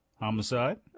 Homicide